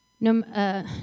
No